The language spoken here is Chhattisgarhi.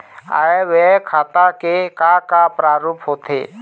आय व्यय खाता के का का प्रारूप होथे?